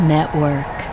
Network